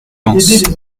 vence